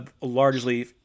largely